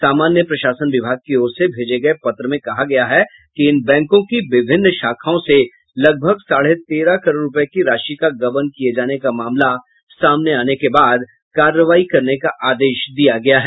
सामान्य प्रशासन विभाग की ओर से भेजे गये पत्र में कहा गया है कि इन बैंकों की विभिन्न शाखाओं से लगभग साढ़े तेरह करोड़ रूपये की राशि का गबन किये जाने का मामला सामने आने के बाद कार्रवाई करने का आदेश दिया गया है